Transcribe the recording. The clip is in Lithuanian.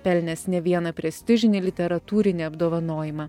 pelnęs ne vieną prestižinį literatūrinį apdovanojimą